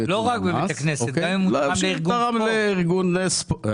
לא רק בבית הכנסת, גם אם הוא תרם לארגון פה.